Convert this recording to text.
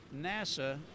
NASA